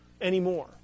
anymore